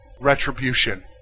Retribution